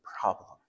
problem